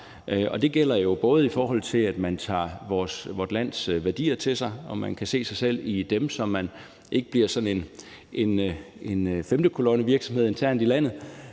det gælder jo ikke kun, i forhold til at man tager vort lands værdier til sig og kan se sig selv i dem, så man ikke bliver sådan en femte kolonne-virksomhed internt i landet,